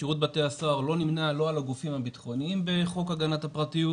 שירות בתי הסוהר לא נמנה על הגופים הביטחוניים בחוק הגנת הפרטיות,